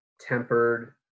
tempered